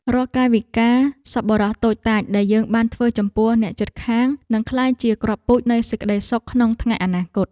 រាល់កាយវិការសប្បុរសតូចតាចដែលយើងបានធ្វើចំពោះអ្នកជិតខាងនឹងក្លាយជាគ្រាប់ពូជនៃសេចក្តីសុខក្នុងថ្ងៃអនាគត។